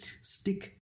Stick